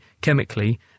chemically